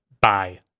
bye